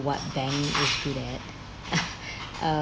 what bank is good at uh